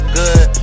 good